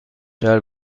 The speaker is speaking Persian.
شهر